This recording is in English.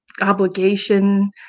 obligation